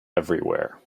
everywhere